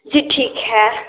जी ठीक है